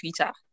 twitter